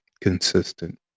consistent